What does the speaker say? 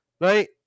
Right